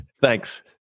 thanks